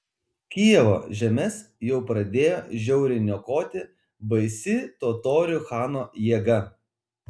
kijevo žemes jau pradėjo žiauriai niokoti baisi totorių chano jėga